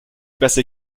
passé